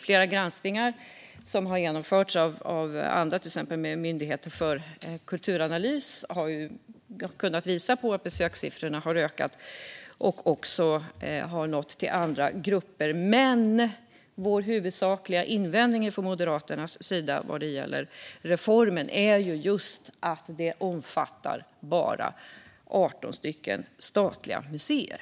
Flera granskningar som har genomförts, till exempel av Myndigheten för kulturanalys, har kunnat visa att besökssiffrorna har ökat och att man även har nått andra grupper. Den huvudsakliga invändningen mot reformen från Moderaterna är just att den omfattar bara 18 statliga museer.